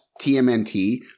TMNT